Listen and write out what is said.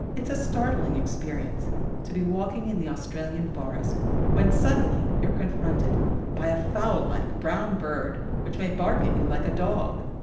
it's a startling experience to be walking in the australian forest when suddenly you're confronted by a fowl-like, brown bird which may bark at you like a dog.